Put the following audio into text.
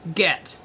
get